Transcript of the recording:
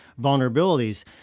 vulnerabilities